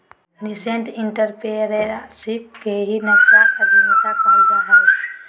nascent entrepreneurship के ही नवजात उद्यमिता कहल जा हय